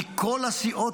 מכל הסיעות,